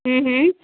हम्म हम्म